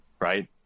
right